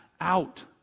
out